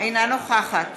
אינה נוכחת